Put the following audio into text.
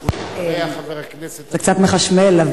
זה קצת מחשמל,